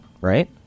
right